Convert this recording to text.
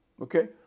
Okay